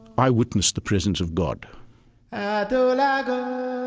i witnessed the presence of god and and and